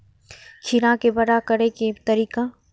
खीरा के बड़ा करे के तरीका?